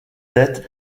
tête